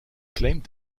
claimed